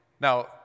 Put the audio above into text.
Now